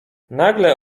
nagle